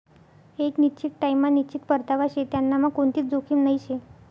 एक निश्चित टाइम मा निश्चित परतावा शे त्यांनामा कोणतीच जोखीम नही शे